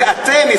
אתם,